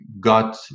got